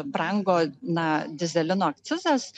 brango na dyzelino akcizas